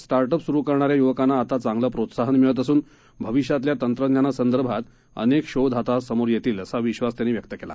स्टार्टअपसुरुकरणाऱ्यायुवकांनाआताचांगलंप्रोत्साहनमिळतअसून भविष्यातल्यातंत्रज्ञानासंदर्भातअनेकशोधआतासमोरयेतीलअसाविश्वासत्यांनीव्यक्तकेला